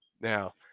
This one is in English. Now